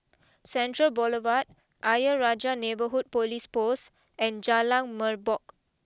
Central Boulevard Ayer Rajah Neighbourhood police post and Jalan Merbok